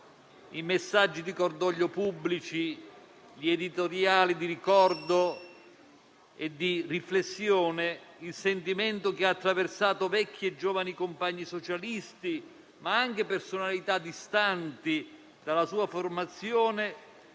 i messaggi di cordoglio pubblici, gli editoriali di ricordo e di riflessione, il sentimento che ha attraversato vecchi e giovani compagni socialisti, ma anche personalità distanti dalla sua formazione,